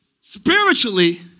Spiritually